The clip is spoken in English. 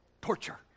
torture